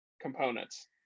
components